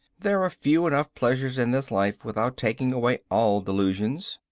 there are few enough pleasures in this life without taking away all delusions.